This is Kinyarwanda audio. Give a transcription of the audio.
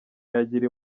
yagira